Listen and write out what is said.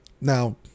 Now